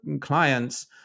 clients